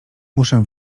muszę